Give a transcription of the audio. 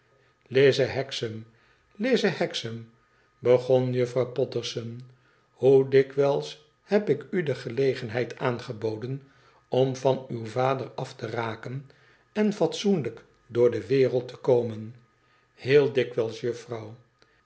lize hexam lize hexam begon juffrouw potterson hoe dikwijls heb ik u de gelegenheid aangeboden om van uw vader afteraken en fatsoenlijk door de wereld te komen f heel dikwijls juffrouw